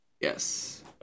Yes